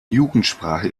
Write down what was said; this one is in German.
jugendsprache